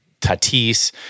Tatis